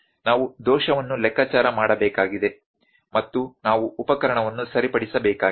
ನಾವು ದೋಷವನ್ನು ಲೆಕ್ಕಾಚಾರ ಮಾಡಬೇಕಾಗಿದೆ ಮತ್ತು ನಾವು ಉಪಕರಣವನ್ನು ಸರಿಪಡಿಸಬೇಕಾಗಿದೆ